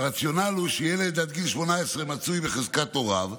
והרציונל הוא שילד עד גיל 18 מצוי בחזקת הוריו,